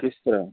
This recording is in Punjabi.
ਕਿਸ ਤਰ੍ਹਾਂ